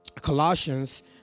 Colossians